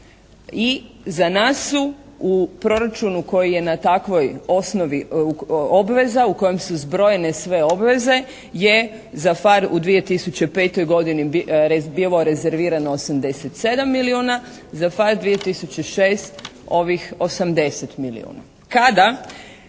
I za nas su u proračunu koji je na takvoj osnovi obveza u kojem su zbrojene sve obveze je za «PHARE» u 2005. godini bilo rezervirano 87 milijuna. Za «PHARE» 2006. ovih 80 milijuna.